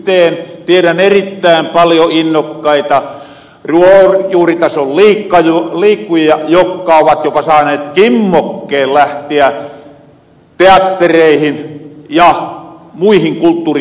tierän erittään paljo innokkaita ruohonjuuritason liikkujia jokka ovat jopa saaneet kimmokkeen lähtiä teattereihin ja muihin kulttuuritapahtumihin